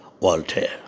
Voltaire